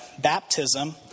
baptism